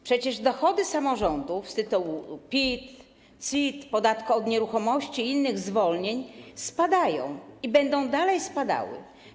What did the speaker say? Przecież dochody samorządów z tytułu PIT, CIT, podatku od nieruchomości i innych zwolnień spadają i będą dalej spadały.